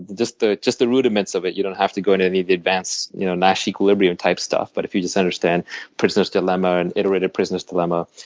just the just the rudiments of it you don't have to go into any of the advanced you know nash equilibrium type stuff but if you just understand prisoner's dilemma and iterated prisoner's dilemma.